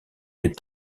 est